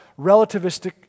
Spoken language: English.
relativistic